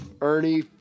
Ernie